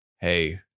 hey